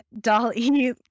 Dolly